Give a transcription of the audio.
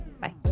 Bye